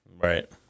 Right